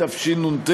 התשנ"ט